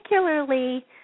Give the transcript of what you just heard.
particularly